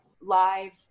live